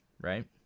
Right